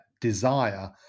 desire